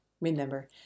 Remember